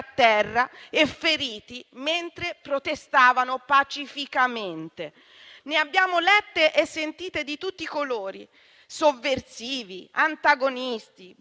terra e feriti mentre protestavano pacificamente. Ne abbiamo lette e sentite di tutti i colori: sovversivi, antagonisti,